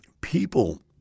people